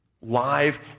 live